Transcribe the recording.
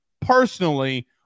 personally